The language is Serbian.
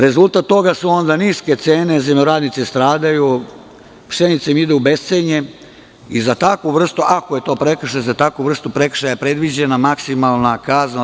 Rezultat toga su onda niske cene, zemljoradnici stradaju, pšenica ide u bescenje i za takvu vrstu, ako je to prekršaj, za takvu vrstu prekršaja predviđena maksimalna kazna od